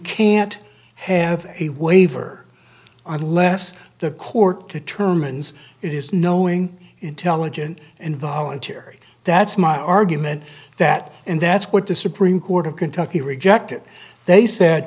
can't have a waiver unless the court determines it is knowing intelligent and voluntary that's my argument that and that's what the supreme court of kentucky rejected they said